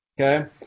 okay